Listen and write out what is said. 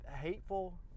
hateful